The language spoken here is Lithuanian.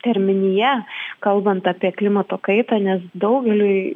terminija kalbant apie klimato kaitą nes daugeliui